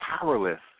powerless